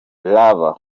luv